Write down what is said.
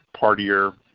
partier